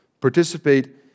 participate